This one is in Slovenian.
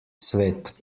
svet